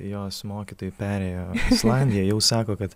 jos mokytojai perėjo islandiją jau sako kad